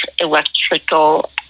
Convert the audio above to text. electrical